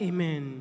Amen